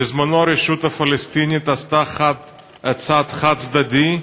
בזמנה, הרשות הפלסטינית עשתה צעד חד-צדדי,